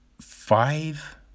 five